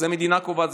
המדינה קובעת,